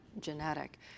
genetic